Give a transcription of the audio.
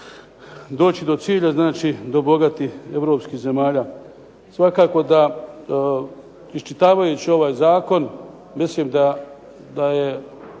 doći do cilja, znači do bogatih europskih zemalja. Svakako da iščitavajući ovaj zakon mislim da je